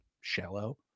shallow